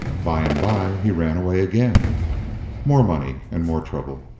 by and by he ran away again more money and more trouble.